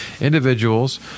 individuals